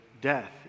death